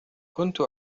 كنت